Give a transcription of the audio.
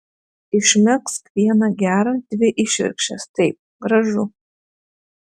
išmegzk vieną gerą dvi išvirkščias taip gražu